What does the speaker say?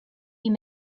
you